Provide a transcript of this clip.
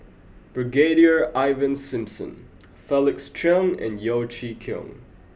Brigadier Ivan Simson Felix Cheong and Yeo Chee Kiong